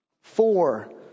Four